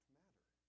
matter